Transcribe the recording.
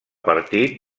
partit